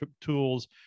tools